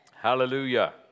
Hallelujah